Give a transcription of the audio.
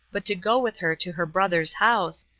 but to go with her to her brother's house,